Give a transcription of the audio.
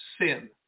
sin